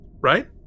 Right